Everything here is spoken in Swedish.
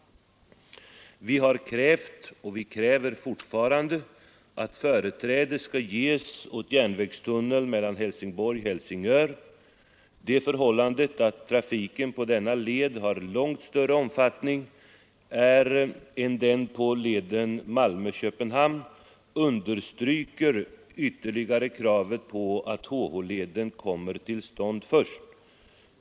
Vi har krävt och vi kräver fortfarande att företräde skall ges åt järnvägstunneln mellan Helsingborg och Helsingör. Det förhållandet att trafiken på denna led har långt större omfattning än den på leden Malmö—Köpenhamn understryker ytterligare kravet på att HH-leden kommer till stånd först.